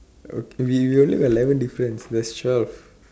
okay we we only got eleven difference there's twelve